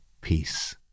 peace